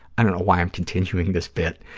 i don't know why i'm continuing this bit.